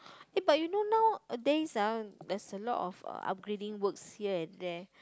eh but you know nowadays ah there's a lot of upgrading works here and there